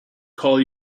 call